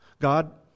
God